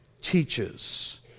teaches